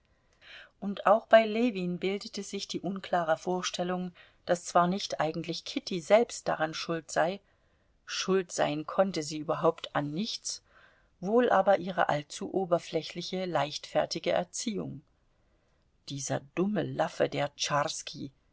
und auch bei ljewin bildete sich die unklare vorstellung daß zwar nicht eigentlich kitty selbst daran schuld sei schuld sein konnte sie überhaupt an nichts wohl aber ihre allzu oberflächliche leichtfertige erziehung dieser dumme laffe der